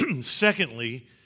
Secondly